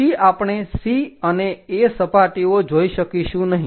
પછી આપણે C અને A સપાટીઓ જોઈ શકીશું નહીં